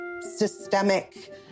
systemic